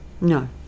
No